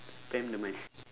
spend the money